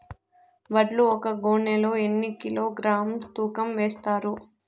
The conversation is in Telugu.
వడ్లు ఒక గోనె లో ఎన్ని కిలోగ్రామ్స్ తూకం వేస్తారు?